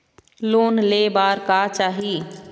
Loan ले बार का चाही?